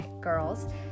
girls